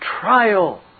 trial